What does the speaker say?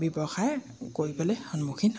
ব্যৱসায় কৰিবলে সন্মুখীন হওঁ